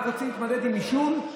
רוצים להתמודד עם עישון,